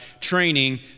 training